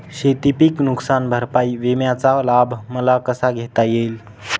शेतीपीक नुकसान भरपाई विम्याचा लाभ मला कसा घेता येईल?